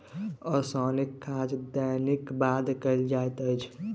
ओसौनीक काज दौनीक बाद कयल जाइत अछि